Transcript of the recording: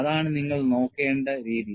അതാണ് നിങ്ങൾ നോക്കേണ്ട രീതി